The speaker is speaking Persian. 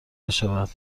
بشود